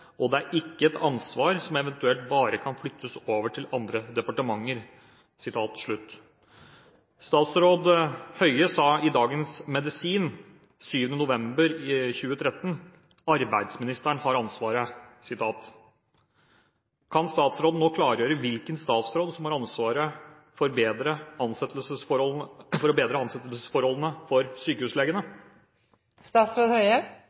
det er ikke et ansvar som eventuelt bare kan flyttes over til andre departementer.» Statsråd Høie sa i Dagens Medisin 7. november 2013: «Arbeidsministeren har ansvaret». Kan statsråden nå klargjøre hvilken statsråd som har ansvaret for å bedre ansettelsesforholdene for